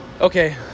Okay